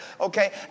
okay